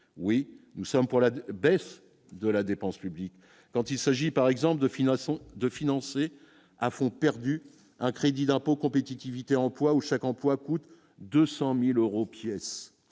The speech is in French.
oui nous sommes pour la baisse de la dépense publique, quand il s'agit par exemple de financer de financer. à fond perdu un crédit d'impôt, compétitivité, emploi, où chaque emploi coûte 200000 euros pièce,